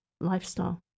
lifestyle